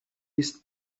است